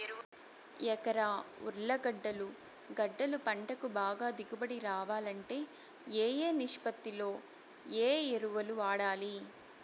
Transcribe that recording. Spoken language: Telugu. ఎకరా ఉర్లగడ్డలు గడ్డలు పంటకు బాగా దిగుబడి రావాలంటే ఏ ఏ నిష్పత్తిలో ఏ ఎరువులు వాడాలి?